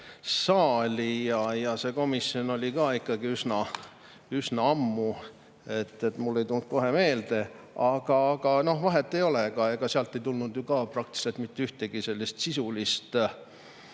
saali. See komisjon oli ka ikkagi üsna ammu, et mul ei tulnud kohe meelde. Aga vahet ei ole ka, ega sealt ei tulnud ju ka praktiliselt mitte ühtegi sisulist